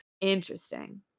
Interesting